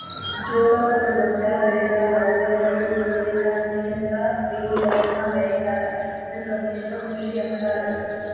ಜೋಳ ಮತ್ತ ಗೋಂಜಾಳ ಬೆಳೆದಾಗ ಅವುಗಳ ನಡುವ ಸೂರ್ಯಕಾಂತಿಯಂತ ಬೇಲಿಗಳನ್ನು ಬೆಳೇತಾರ ಇದಕ್ಕ ಮಿಶ್ರ ಕೃಷಿ ಅಂತಾರ